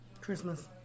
Christmas